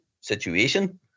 situation